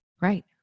Right